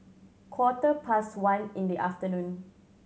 quarter past one in the afternoon